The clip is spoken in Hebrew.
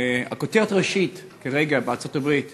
הכותרת הראשית כרגע בארצות-הברית